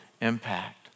impact